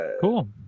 Cool